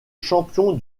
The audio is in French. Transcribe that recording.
champion